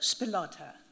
Spilotta